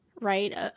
right